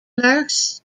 nurse